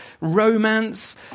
romance